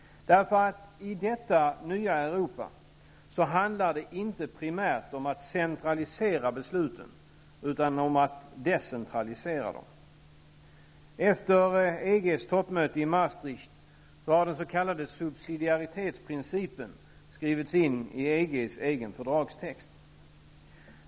I detta nya Europa handlar det inte primärt om att centralisera besluten, utan om att decentralisera dem. Efter EG:s toppmöte i Maastricht har den s.k. subsidiaritetsprincipen skrivits in i EG:s egen fördragstext.